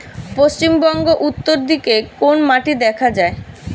পশ্চিমবঙ্গ উত্তর দিকে কোন মাটি দেখা যায়?